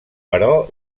però